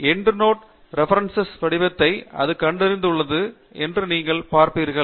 EndNote references வடிவத்தை அது கண்டறிந்துள்ளது என்று நீங்கள் பார்ப்பீர்கள்